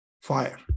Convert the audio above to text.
fire